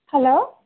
hello